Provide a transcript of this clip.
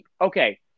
okay